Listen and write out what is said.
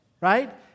right